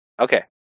Okay